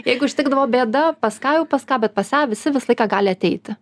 jeigu ištikdavo bėda pas ką jau pas ką bet pas ją visi visą laiką gali ateiti